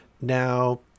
Now